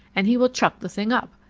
and he will chuck the thing up.